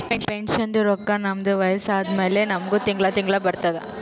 ಪೆನ್ಷನ್ದು ರೊಕ್ಕಾ ನಮ್ದು ವಯಸ್ಸ ಆದಮ್ಯಾಲ ನಮುಗ ತಿಂಗಳಾ ತಿಂಗಳಾ ಬರ್ತುದ್